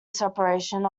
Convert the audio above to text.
separation